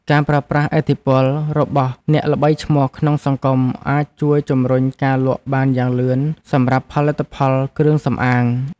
ការប្រើប្រាស់ឥទ្ធិពលរបស់អ្នកល្បីឈ្មោះក្នុងសង្គមអាចជួយជម្រុញការលក់បានយ៉ាងលឿនសម្រាប់ផលិតផលគ្រឿងសម្អាង។